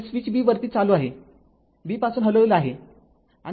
तर switch B वरती चालू आहे B पासून हलविला आहे